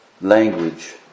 language